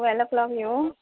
twelve o'clock येवू